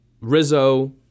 Rizzo